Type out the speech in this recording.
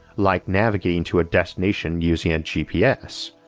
like navigating to a destination using a and gps.